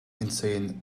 insane